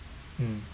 mm